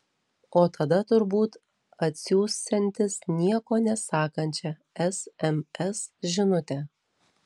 o tada turbūt atsiųsiantis nieko nesakančią sms žinutę